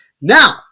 Now